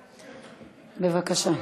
בבקשה.